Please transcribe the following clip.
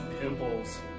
pimples